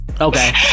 Okay